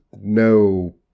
no